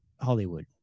Hollywood